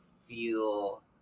feel